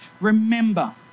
Remember